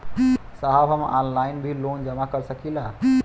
साहब हम ऑनलाइन भी लोन जमा कर सकीला?